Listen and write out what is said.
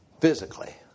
physically